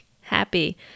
happy